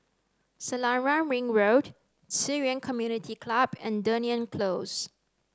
Selarang Ring Road Ci Yuan Community Club and Dunearn Close